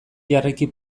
jarraiki